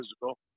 physical